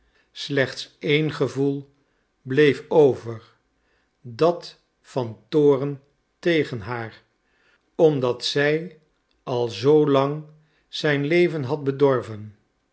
slechts één gevoel bleef over dat van toorn tegen haar omdat zij al zoo lang zijn leven had bedorven